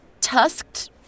tusked